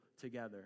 together